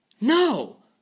no